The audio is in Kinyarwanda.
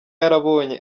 yarabonye